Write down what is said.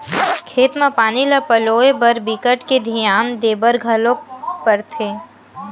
खेत म पानी ल पलोए बर बिकट के धियान देबर घलोक परथे